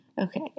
okay